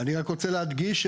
אני רק רוצה להדגיש,